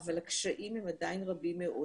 אבל הקשיים עדין רבים מאוד,